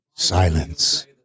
Silence